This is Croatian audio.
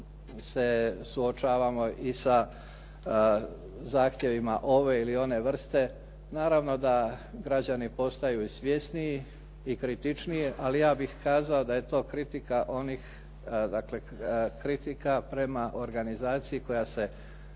se suočavamo i sa zahtjevima ove ili one vrste, naravno da građani postaju i svjesniji i kritičniji. Ali ja bih kazao da je to kritika onih, dakle